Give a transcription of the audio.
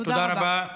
תודה רבה.